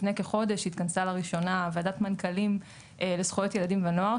לפני כחודש התכנסה לראשונה וועדת מנכ"לים לזכויות ילדים ונוער,